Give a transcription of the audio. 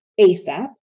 ASAP